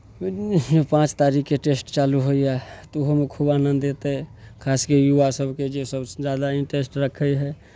पाँच तारीखकेँ टेस्ट चालू होइए तऽ ओहोमे खूब आनन्द अयतै खास कऽ युवा सभकेँ जे सभ ज्यादा इन्ट्रेस्ट रखै हइ